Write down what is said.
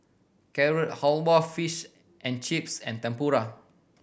Carrot Halwa Fish and Chips and Tempura